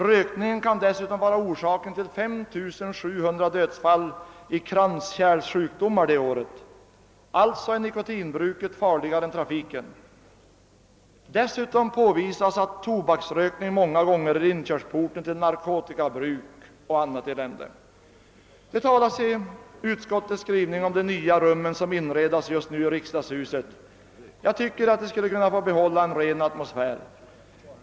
Rökningen kan dessutom vara orsak till 5 700 dödsfall som år 1965 inträffade på grund av kranskärlssjukdomar. Nikotinbruket är alltså farligare än trafiken. Dessutom har påvisats att tobaksrökning många gånger är inkörsporten till narkotikabruk och annat elände. Jag tycker att de nya rum som just nu inreds i riksdagshuset kunde få behålla en ren atmosfär.